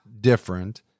different